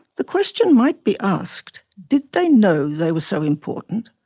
the question might be asked did they know they were so important?